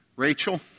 Rachel